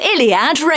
Iliad